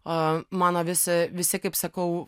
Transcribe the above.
o mano visi visi kaip sakau